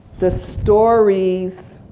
the stories